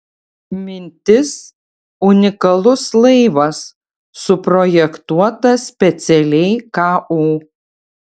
mintis unikalus laivas suprojektuotas specialiai ku